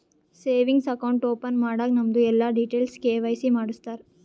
savings account open ಮಾಡಾಗ್ ನಮ್ದು ಎಲ್ಲಾ ಡೀಟೇಲ್ಸ್ ಕೆ.ವೈ.ಸಿ ಮಾಡುಸ್ತಾರ್